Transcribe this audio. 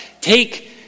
Take